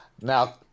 Now